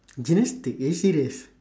gymnastics are you serious